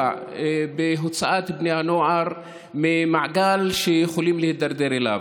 בהוצאת בני הנוער מהמעגל שהם יכולים להידרדר אליו.